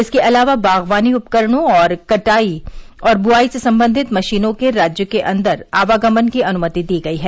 इसके अलावा बागवानी उपकरणों एवं कटाई और बुवाई से संबंधित मशीनों के राज्य के अंदर आवागमन की अनुमति दी गई है